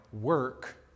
work